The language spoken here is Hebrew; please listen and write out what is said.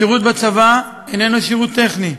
השירות בצה"ל איננו שירות טכני,